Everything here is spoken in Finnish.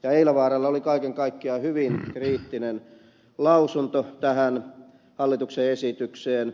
eilavaaralla oli kaiken kaikkiaan hyvin kriittinen lausunto tähän hallituksen esitykseen